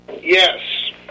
Yes